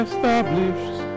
Established